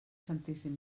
santíssim